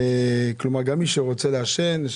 גם מי שרוצה לעשן,